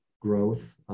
growth